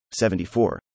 74